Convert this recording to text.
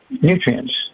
nutrients